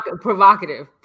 Provocative